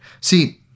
See